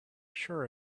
sure